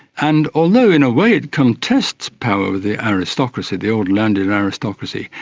and although in a way it contests power with the aristocracy, the old landed aristocracy,